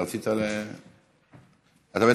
אתה רצית,